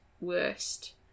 worst